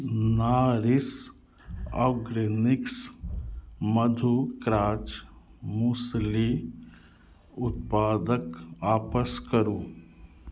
Nourish organics मधु crunch muesli उत्पादकेँ वापस करू